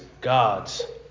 God's